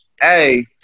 hey